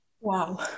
Wow